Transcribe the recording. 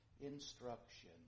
instruction